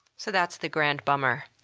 so that's the grand bummer.